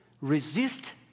Resist